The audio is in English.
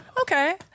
Okay